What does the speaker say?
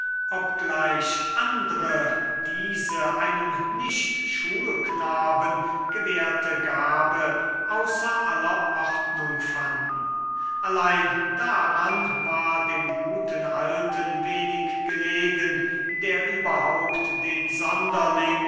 obgleich andre wo diese einem nicht schulknaben gewährte gabe außer aller ordnung fanden allein daran war dem guten alten wenig gelegen der überhaupt den sonderling